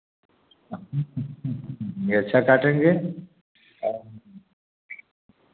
अच्छा काटेंगे